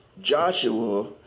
Joshua